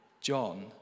John